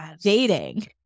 dating